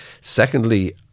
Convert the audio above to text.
Secondly